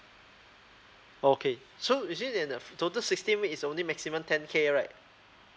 okay so is it in uh total sixteen weeks is only maximum ten K right